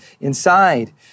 inside